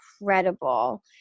incredible